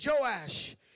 Joash